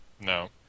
No